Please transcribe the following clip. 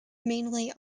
mainly